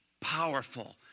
powerful